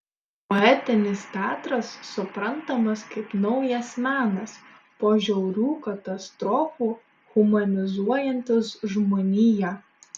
poetinis teatras suprantamas kaip naujas menas po žiaurių katastrofų humanizuojantis žmoniją